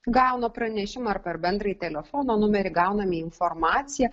gauna pranešimą ar per bendrai telefono numerį gauname informaciją